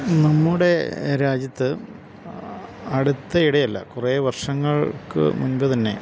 നമ്മുടെ രാജ്യത്ത് അടുത്തിടെ അല്ല കുറെ വർഷങ്ങൾക്ക് മുൻപ് തന്നെ